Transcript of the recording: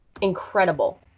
incredible